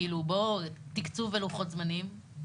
כאילו, בוא, תקצוב ולוחות זמנים?